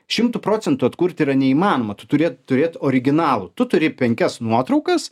šimtu procentų atkurt yra neįmanoma tu turi turėt originalų tu turi penkias nuotraukas